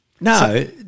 No